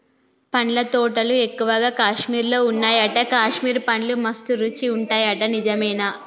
పండ్ల తోటలు ఎక్కువగా కాశ్మీర్ లో వున్నాయట, కాశ్మీర్ పండ్లు మస్త్ రుచి ఉంటాయట నిజమేనా